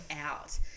out